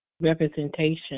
representation